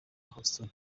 houston